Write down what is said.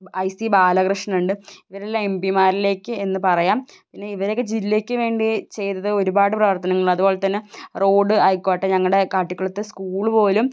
I C Balakrishnan ഉണ്ട് ഇവരെല്ലാം M പിമാരിലേക്ക് എന്നു പറയാം പിന്നെ ഇവരൊക്കെ ജില്ലയ്ക്ക് വേണ്ടി ചെയ്തത് ഒരുപാട് പ്രവർത്തനങ്ങൾ അതുപോലെത്തന്നെ റോഡ് ആയിക്കോട്ടെ ഞങ്ങളുടെ കാട്ടിക്കുളത്തെ സ്കൂളുപോലും